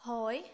होय